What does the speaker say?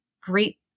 great